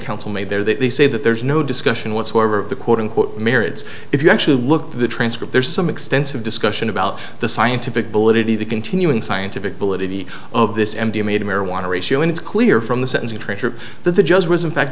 counsel made there that they say that there is no discussion whatsoever of the quote unquote merits if you actually looked at the transcript there's some extensive discussion about the scientific validity the continuing scientific validity of this m d m a to marijuana ratio and it's clear from the sentencing treasure that the judge was in fact